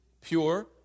pure